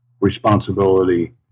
responsibility